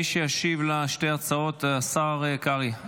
מי שישיב על שתי ההצעות, השר קרעי.